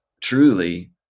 truly